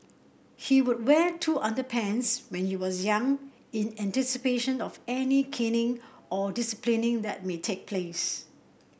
he would wear two underpants when you was young in anticipation of any caning or that may take place